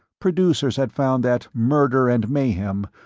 producers had found that murder and mayhem,